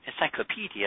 encyclopedia